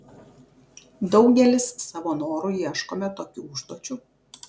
daugelis savo noru ieškome tokių užduočių